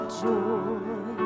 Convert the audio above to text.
joy